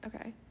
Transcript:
okay